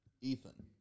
Ethan